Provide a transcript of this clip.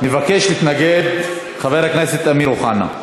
מבקש להתנגד חבר הכנסת אמיר אוחנה.